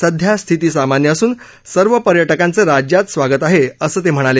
सध्या स्थिती सामान्य असून सर्व पर्यटकांचं राज्यात स्वागत आहे असं ते म्हणाले